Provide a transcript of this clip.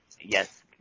Yes